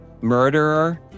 murderer